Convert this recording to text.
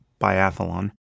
biathlon